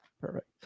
Perfect